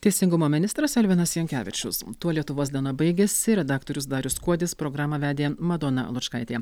teisingumo ministras elvinas jankevičius tuo lietuvos diena baigiasi redaktorius darius kuodis programą vedė madona lučkaitė